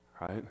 right